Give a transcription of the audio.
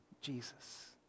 Jesus